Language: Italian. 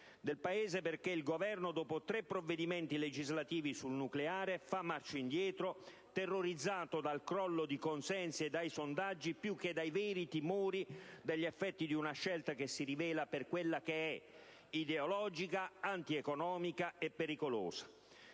Del Paese perché il Governo, dopo tre provvedimenti legislativi sul nucleare, fa marcia indietro, terrorizzato dal crollo di consensi e dai sondaggi, più che dai veri timori degli effetti di una scelta che si rivela per quella che è: ideologica, antieconomica e pericolosa.